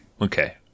Okay